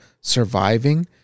surviving